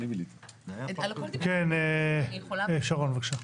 כן, שרון, בבקשה.